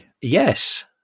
Yes